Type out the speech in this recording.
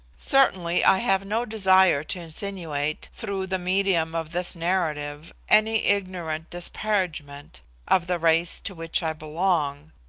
certainly i have no desire to insinuate, through the medium of this narrative, any ignorant disparagement of the race to which i belong.